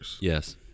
Yes